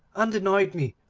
and denied me.